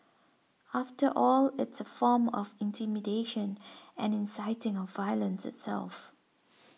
after all it's a form of intimidation and inciting of violence itself